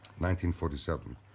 1947